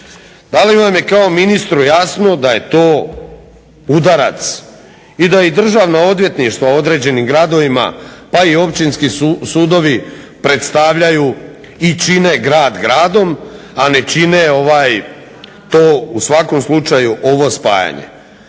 Da li vam je kao ministru jasno da je to udarac i da i Državna odvjetništva u određenim gradovima pa i općinski sudovi predstavljaju i čine grad gradom, a ne čine to u svakom slučaju ovo spajanje.